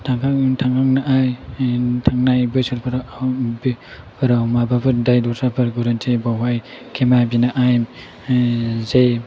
थांखांनाय बोसोरफोराव माबाफोर दाय दस्राफोर गोरोन्थि बेयावहाय खेमा बिनाय जयो